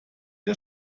der